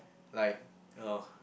like oh